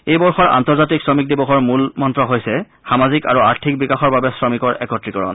এই বৰ্ষৰ আন্তৰ্জাতিক শ্ৰমিক দিৱসৰ মূল মন্ন হৈছে সামাজিক আৰু আৰ্থিক বিকাশৰ বাবে শ্ৰমিকৰ একত্ৰিকৰণ